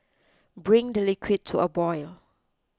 bring the liquid to a boil